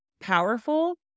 powerful